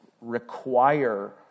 Require